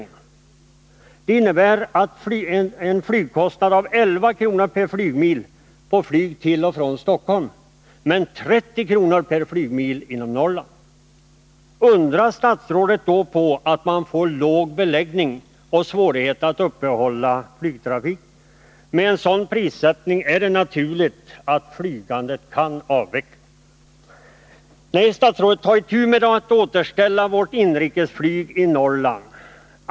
Nuvarande priser innebär en flygkostnad av 11 kr. per flygmil till och från Stockholm men 30 kr. per flygmil inom Norrland. Undrar statsrådet på att man då får låg beläggning och svårigheter att upprätthålla flygtrafiken? Med en sådan prissättning är det naturligt att flygandet avvecklas. Nej, herr statsråd, ta itu med att återställa vårt inrikesflyg i Norrland!